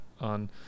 on